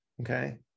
okay